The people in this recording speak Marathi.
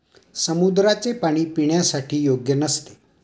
समुद्राचे पाणी पिण्यासाठी योग्य नसते